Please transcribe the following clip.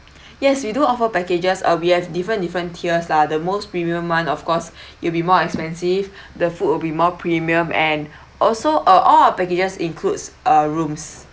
yes we do offer packages uh we have different different tiers lah the most premium [one] of course it'll be more expensive the food will be more premium and also uh all of packages includes uh rooms